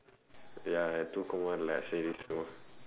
ya எனக்கு தூக்கம் வரல:enakku thuukkam varala